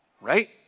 Right